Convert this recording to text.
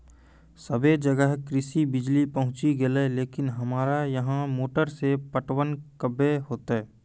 सबे जगह कृषि बिज़ली पहुंची गेलै लेकिन हमरा यहाँ मोटर से पटवन कबे होतय?